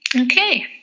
Okay